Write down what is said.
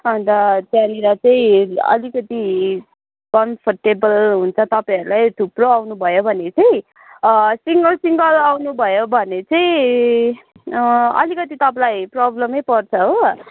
अन्त त्यहाँनेर चाहिँ अलिकति कम्फर्टेबल हुन्छ तपाईँहरूलाई थुप्रो आउनु भयो भने चाहिँ सिङ्गल सिङ्गल आउनु भयो भने चाहिँ अलिकति तपाईँलाई प्रब्लम नै पर्छ हो